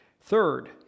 Third